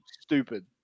stupid